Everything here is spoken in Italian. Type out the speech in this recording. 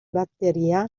batteria